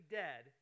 dead